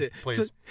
please